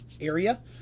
area